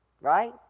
Right